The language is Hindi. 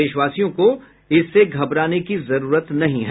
देशवासियों को घबराने की जरूरत नहीं है